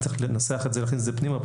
צריך לנסח את זה ולהכניס את זה פנימה,